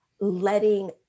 letting